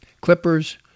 Clippers